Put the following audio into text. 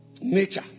Nature